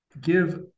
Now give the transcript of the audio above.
give